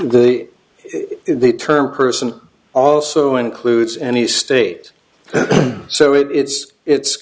the the term person also includes any state so it's it's